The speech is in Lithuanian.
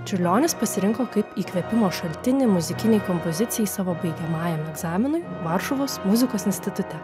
čiurlionis pasirinko kaip įkvėpimo šaltinį muzikinei kompozicijai savo baigiamajam egzaminui varšuvos muzikos institute